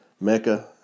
Mecca